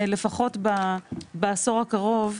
לפחות בעשור הקרוב,